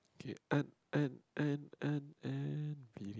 K and and and and and